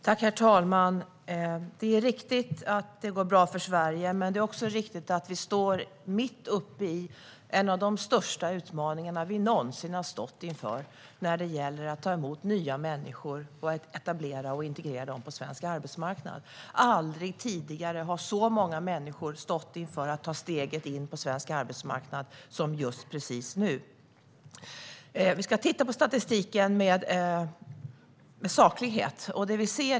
Herr talman! Det är riktigt att det går bra för Sverige, men det är också så att vi står mitt uppe i en av de största utmaningar som vi någonsin har stått inför. Det handlar om att ta emot nya människor och etablera och integrera dem på svensk arbetsmarknad. Aldrig tidigare har så många människor stått inför att ta steget in på svensk arbetsmarknad som just nu. Låt oss titta på statistiken med saklighet.